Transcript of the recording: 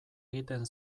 egiten